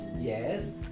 Yes